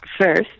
first